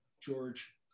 George